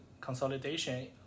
consolidation